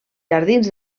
jardins